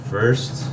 First